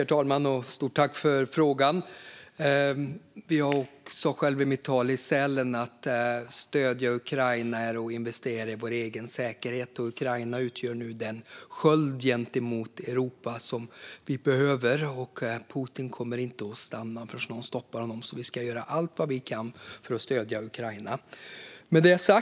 Herr talman! Stort tack, ledamoten, för frågan! Jag sa själv i mitt tal i Sälen att stöd till Ukraina är att investera i vår egen säkerhet. Ukraina utgör nu den sköld som Europa behöver. Putin kommer inte att stanna förrän någon stoppar honom, så vi ska göra allt vi kan för att stödja Ukraina.